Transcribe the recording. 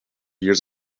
years